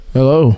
Hello